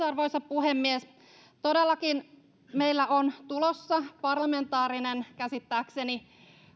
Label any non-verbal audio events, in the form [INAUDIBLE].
[UNINTELLIGIBLE] arvoisa puhemies todellakin meillä on tulossa parlamentaarinen käsittääkseni